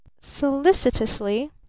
solicitously